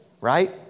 right